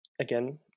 again